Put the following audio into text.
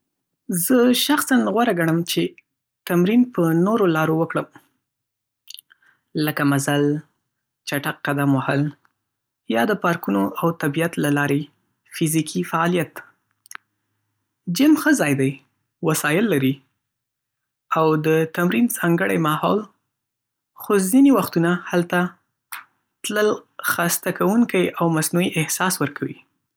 زه شخصاً غوره ګڼم چې تمرین په نورو لارو وکړم، لکه مزل، چټک قدم وهل، یا د پارکونو او طبیعت له لارې فزیکي فعالیت. جېم ښه ځای دی، وسایل لري، او د تمرین ځانګړی ماحول، خو ځینې وختونه هلته تلل خسته کوونکی او مصنوعي احساس ورکوي.